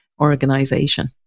organization